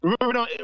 Remember